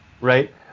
Right